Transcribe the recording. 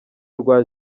rwa